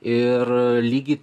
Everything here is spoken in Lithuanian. ir lygiai